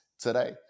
today